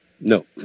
No